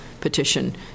petition